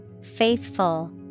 Faithful